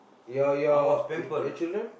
your your your children